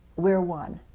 we are one.